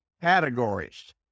categories